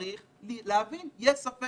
צריך להבין שאם יש ספק אין ספק.